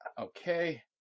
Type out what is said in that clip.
Okay